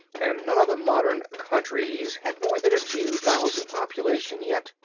and none of the modern countries had more than a few thousand population yet,